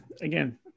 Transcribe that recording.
again